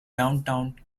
downtown